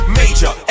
major